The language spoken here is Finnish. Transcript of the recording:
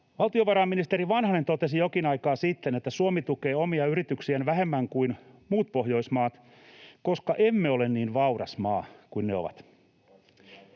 Valtiovarainministeri Vanhanen totesi jokin aika sitten, että Suomi tukee omia yrityksiään vähemmän kuin muut Pohjoismaat, koska emme ole niin vauras maa kuin ne ovat.